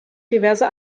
diverse